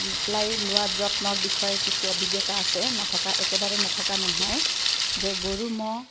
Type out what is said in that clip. লোৱা যত্নৰ বিষয়ে কিছু অভিজ্ঞতা আছে নথকা একেবাৰে নথকা নহয় যে গৰু ম'হ